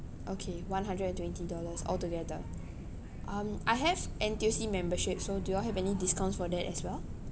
okay one hundred and twenty dollars altogether um I have N_T_U_C membership so do y'all have any discounts for that as well